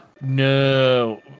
No